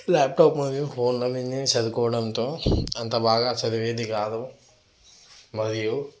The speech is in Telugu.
లాప్టాప్ మరియు ఫోన్ల మీదే చదువుకోవడంతో అంత బాగా చదివేది కాదు మరియు